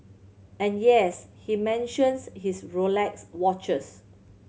and yes he mentions his Rolex watches